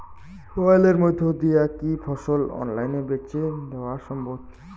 মোবাইলের মইধ্যে দিয়া কি ফসল অনলাইনে বেঁচে দেওয়া সম্ভব?